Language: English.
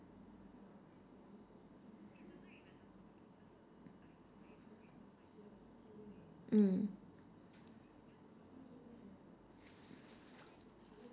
mm